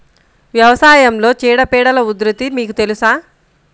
వ్యవసాయంలో చీడపీడల ఉధృతి మీకు తెలుసా?